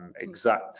exact